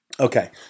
Okay